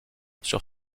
sur